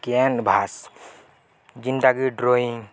canvas ଜିନ୍ଦାଗି drawing